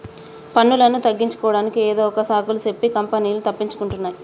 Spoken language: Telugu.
పన్నులను తగ్గించుకోడానికి ఏదొక సాకులు సెప్పి కంపెనీలు తప్పించుకుంటున్నాయ్